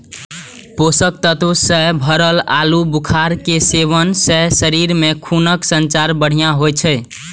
पोषक तत्व सं भरल आलू बुखारा के सेवन सं शरीर मे खूनक संचार बढ़िया होइ छै